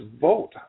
vote